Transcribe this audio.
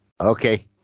Okay